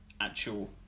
actual